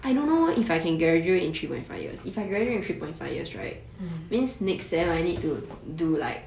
mm